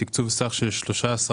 תקצוב סך של 13,959,000